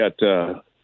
got